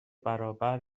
برابر